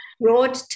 broad